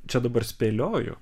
čia dabar spėlioju